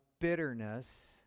bitterness